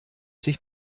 sich